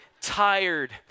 tired